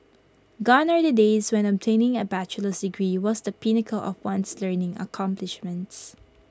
gone are the days when obtaining A bachelor's degree was the pinnacle of one's learning accomplishments